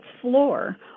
floor